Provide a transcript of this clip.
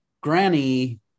granny